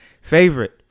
favorite